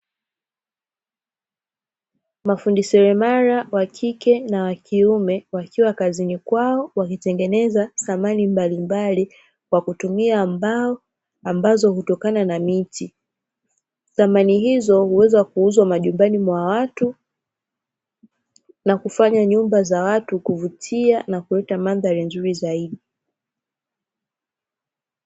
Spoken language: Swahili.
Mafundi seremala wa kike na wa kiume, wakiwa kazini kwao, wakitengeneza samani mbalimbali kwa kutumia mbao ambazo hutokana na miti. Samani hizo huweza kuuzwa majumbani mwa watu, na kufanya nyumba za watu kuvutia na kuleta mandhari nzuri zaidi.